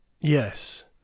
yes